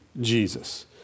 Jesus